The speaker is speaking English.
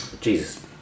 Jesus